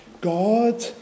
God